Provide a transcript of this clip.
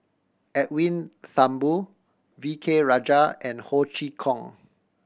Edwin Thumboo V K Rajah and Ho Chee Kong